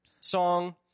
song